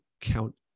count